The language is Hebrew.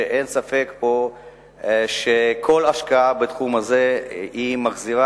שאין פה ספק שכל השקעה בתחום הזה מחזירה